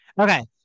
Okay